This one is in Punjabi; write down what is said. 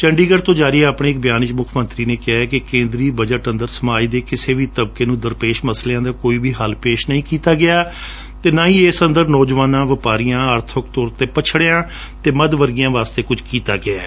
ਚੰਡੀਗੜ ਤੋ ਜਾਰੀ ਆਪਣੇ ਬਿਆਨ ਵਿਚ ਮੁੱਖ ਮੰਤਰੀ ਨੇ ਕਿਹੈ ਕਿ ਕੇਂਦਰੀ ਬਜਟ ੱ ਅੰਦਰ ਸਮਾਜ ਦੇ ਕਿਸੇ ਵੀ ਤਬਕੇ ਨੂੰ ਦਰਪੇਸ਼ ਮਾਮਲਿਆਂ ਦਾ ਕੋਈ ਵੀ ਹੱਲ ਪੇਸ਼ ਨਹੀ ਕੀਤਾ ਗਿਆ ਅਤੇ ਨਾ ਹੀ ਇਸ ਅੰਦਰ ਨੌਜਵਾਨਾਂ ਵਪਾਰੀਆਂ ਆਰਬਕ ਤੌਰ ਤੇ ਪਛੜਿਆਂ ਅਤੇ ਮੱਧ ਵਰਗੀਆਂ ਵਾਸਤੇ ਕੁਝ ਕੀਤਾ ਗਿਐ